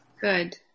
Good